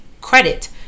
credit